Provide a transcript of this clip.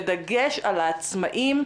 בדגש על העצמאים,